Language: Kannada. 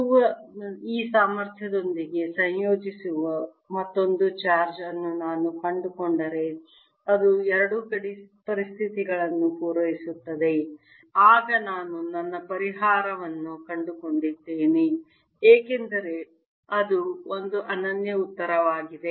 Q ಯ ಈ ಸಾಮರ್ಥ್ಯದೊಂದಿಗೆ ಸಂಯೋಜಿಸುವ ಮತ್ತೊಂದು ಚಾರ್ಜ್ ಅನ್ನು ನಾನು ಕಂಡುಕೊಂಡರೆ ಅದು ಎರಡೂ ಗಡಿ ಪರಿಸ್ಥಿತಿಗಳನ್ನು ಪೂರೈಸುತ್ತದೆ ಆಗ ನಾನು ನನ್ನ ಪರಿಹಾರವನ್ನು ಕಂಡುಕೊಂಡಿದ್ದೇನೆ ಏಕೆಂದರೆ ಅದು ಒಂದು ಅನನ್ಯ ಉತ್ತರವಾಗಿದೆ